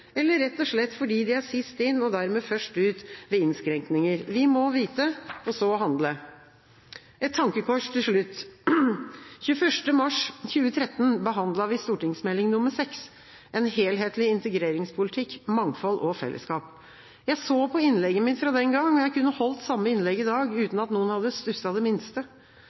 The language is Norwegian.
Eller rett og slett fordi de er sist inn og dermed først ut ved innskrenkninger? Vi må vite og så handle. Et tankekors til slutt: 21. mars 2013 behandlet vi Meld. St. 6 for 2012–2013, En helhetlig integreringspolitikk – mangfold og fellesskap. Jeg så på innlegget mitt fra den gang, og jeg kunne holdt samme innlegg i dag uten at noen hadde stusset det minste.